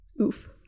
Oof